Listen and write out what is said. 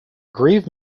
grave